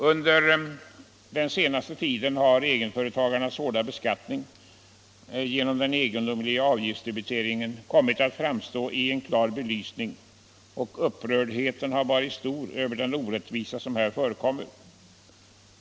Under den senaste tiden har egenföretagarnas hårda beskattning genom den egendomliga avgiftsdebiteringen kommit att framstå i en klar belysning, och upprördheten har varit stor över den orättvisa som här förekommer.